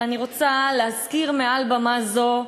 ואני רוצה להזכיר מעל במה זו,